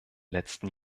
letzten